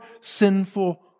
sinful